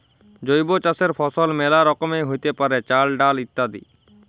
জৈব চাসের ফসল মেলা রকমেরই হ্যতে পারে, চাল, ডাল ইত্যাদি